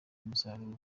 umusaruro